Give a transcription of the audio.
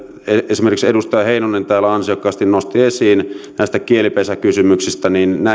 esimerkiksi edustaja heinonen täällä ansiokkaasti nosti esiin näihin kielipesäkysymyksiin